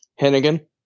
Hennigan